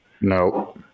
No